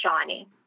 shiny